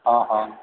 हँ हँ